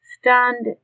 Stunned